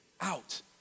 out